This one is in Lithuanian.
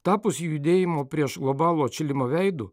tapus judėjimo prieš globalų atšilimą veidu